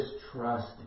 distrust